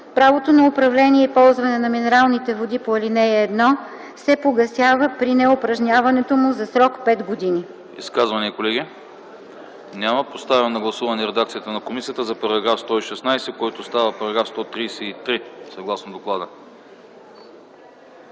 Правото на управление и ползване на минералните води по ал. 1 се погасява при неупражняването му за срок пет години.”